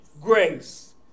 grace